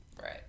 Right